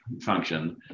function